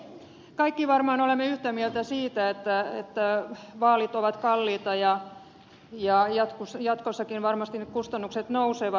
kaikki varmaan olemme yhtä mieltä siitä että vaalit ovat kalliita ja jatkossakin varmasti kustannukset nousevat